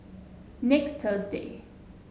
next Thursday